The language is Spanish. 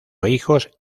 hijos